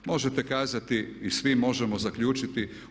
Možete kazati i svi možemo zaključiti.